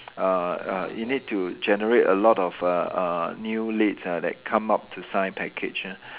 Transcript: uh uh you need to generate a lot of uh uh new leads ah that come up to sign package ah